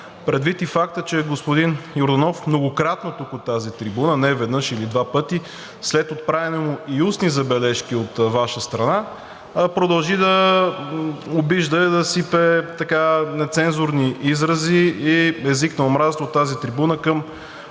предвид и факта, че господин Йорданов многократно тук от тази трибуна – не веднъж или два пъти след отправяни му и устни забележки от Ваша страна, продължи да обижда и да сипе нецензурни изрази и език на омразата към